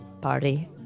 party